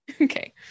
Okay